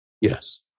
Yes